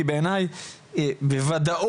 כי בעיניי בוודאות,